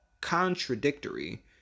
contradictory